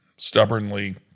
Stubbornly